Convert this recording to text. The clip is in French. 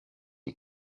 les